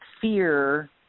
fear